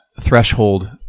threshold